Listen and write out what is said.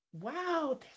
wow